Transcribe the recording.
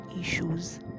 issues